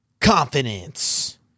Confidence